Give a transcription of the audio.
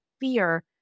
fear